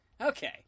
Okay